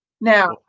Now